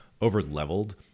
over-leveled